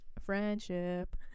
friendship